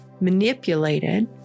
manipulated